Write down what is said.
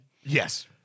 Yes